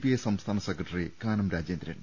I സംസ്ഥാന secretary Kanam Rajendran